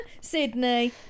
sydney